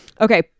Okay